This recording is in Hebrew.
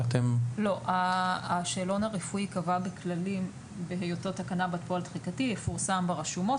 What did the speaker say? לא, השאלון הרפואי ייקבע בכללים ויפורסם ברשומות.